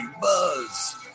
Buzz